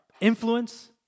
influence